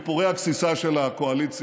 אתם כל הזמן יורדים עוד ועוד.